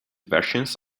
versions